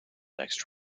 next